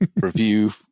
review